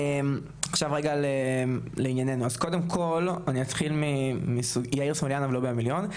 לעניינו, אני יאיר סמוליאנוב מלובי המיליון.